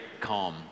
calm